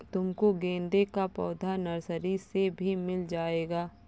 तुमको गेंदे का पौधा नर्सरी से भी मिल जाएगा